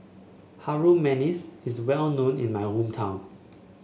Harum Manis is well known in my hometown